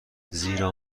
زیرا